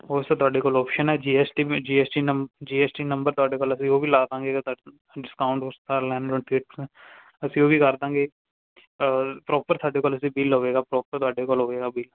ਉਹ ਸਰ ਤੁਹਾਡੇ ਕੋਲ ਓਪਸ਼ਨ ਹੈ G S T G S T ਨੰਬ ਜੀ ਐੱਸ ਟੀ ਨੰਬਰ ਤੁਹਾਡੇ ਕੋਲ ਅਸੀਂ ਉਹ ਵੀ ਲਾ ਦੇਵਾਂਗੇ ਅਗਰ ਤੁਹਾਡੇ ਡਿਸਕਾਊਂਟ ਅਸੀਂ ਉਹ ਵੀ ਕਰ ਦੇਵਾਂਗੇ ਪ੍ਰੋਪਰ ਤੁਹਾਡੇ ਕੋਲ ਵੈਸੇ ਬਿੱਲ ਹੋਵੇਗਾ ਪ੍ਰੋਪਰ ਤੁਹਾਡੇ ਕੋਲ ਹੋਵੇਗਾ ਬਿੱਲ